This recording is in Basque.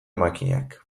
makinak